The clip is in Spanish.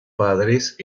padres